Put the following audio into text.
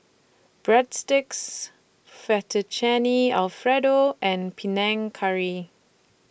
Breadsticks Fettuccine Alfredo and Panang Curry